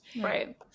Right